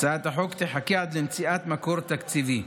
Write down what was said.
הצעת החוק תחכה עד למציאת מקור תקציבי.